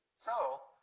so,